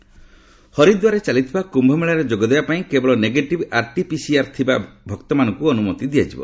କୁମ୍ଭମେଳା ହରିଦ୍ୱାରରେ ଚାଲିଥିବା କୁୟମେଳାରେ ଯୋଗଦେବା ପାଇଁ କେବଳ ନେଗେଟିଭ୍ ଆର୍ଟି ପିସିଆର୍ ଥିବା ଭକ୍ତମାନଙ୍କୁ ଅନୁମତି ଦିଆଯିବ